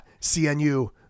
CNU